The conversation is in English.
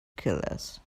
killers